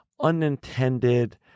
unintended